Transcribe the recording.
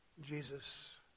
Jesus